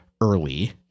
early